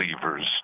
believers